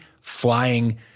flying